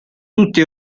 tutta